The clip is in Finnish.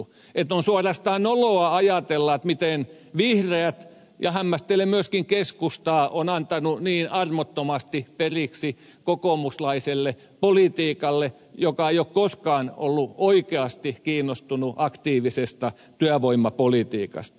on suorastaan noloa ajatella miten vihreät ja hämmästelen myöskin keskusta on antanut niin armottomasti periksi kokoomuslaiselle politiikalle joka ei ole koskaan ollut oikeasti kiinnostunut aktiivisesta työvoimapolitiikasta